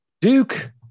Duke